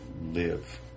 live